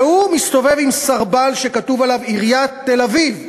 והוא מסתובב עם סרבל שכתוב עליו "עיריית תל-אביב".